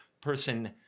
person